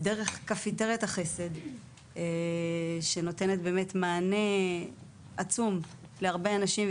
דרך קפיטריית החסד שנותנת באמת מענה עצום להרבה אנשים,